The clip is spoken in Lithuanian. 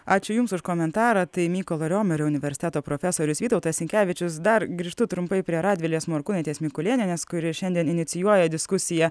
ačiū jums už komentarą tai mykolo riomerio universiteto profesorius vytautas sinkevičius dar grįžtu trumpai prie radvilės morkūnaitės mikulėnienės kuri šiandien inicijuoja diskusiją